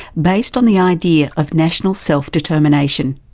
based on the idea of national self-determination.